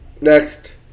Next